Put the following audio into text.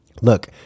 look